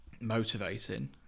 motivating